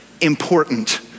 important